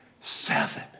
Seven